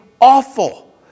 awful